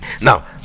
Now